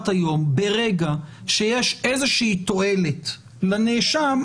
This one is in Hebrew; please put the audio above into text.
היום ברגע שיש איזושהי תועלת לנאשם,